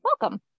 Welcome